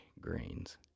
grains